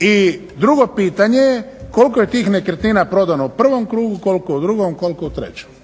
I drugo pitanje je koliko je tih nekretnina prodano u prvom krugu, koliko u drugom, koliko u trećem.